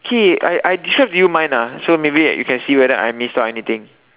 okay I I describe to you mine ah so maybe you can see whether I miss out anything